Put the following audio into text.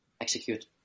execute